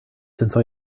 since